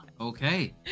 Okay